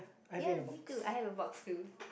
yeah we do I have a box too